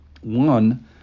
One